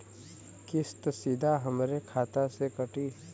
किस्त सीधा हमरे खाता से कटी?